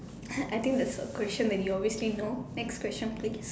I think that's a question that we obviously know next question please